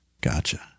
gotcha